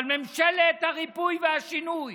אבל ממשלת הריפוי והשינוי